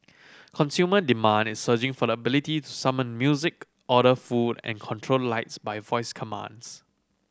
consumer demand is surging for the ability to summon music order food and control lights by voice commands